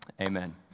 Amen